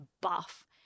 buff